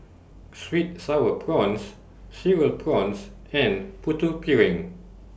Sweet Sour Prawns Cereal Prawns and Putu Piring